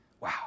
Wow